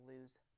lose